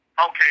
Okay